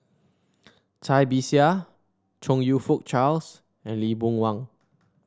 Cai Bixia Chong You Fook Charles and Lee Boon Wang